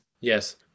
yes